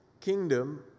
kingdom